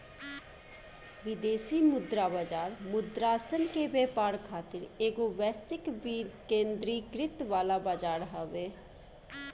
विदेशी मुद्रा बाजार मुद्रासन के व्यापार खातिर एगो वैश्विक विकेंद्रीकृत वाला बजार हवे